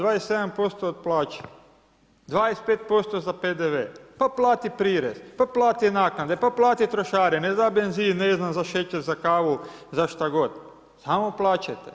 27% od plaće, 25% za PDV, pa plati prirez, pa plati naknade, pa plati trošarine, za benzin, ne znam za šećer, za kavu, za šta god, samo plaćajte.